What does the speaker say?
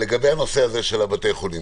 לגבי נושא בתי החולים הציבוריים,